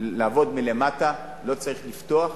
לעבוד מלמטה, לא צריך לפתוח,